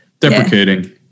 Deprecating